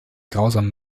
grausamen